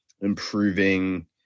improving